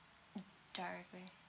mm directly